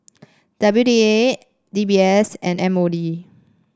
W D A D B S and M O D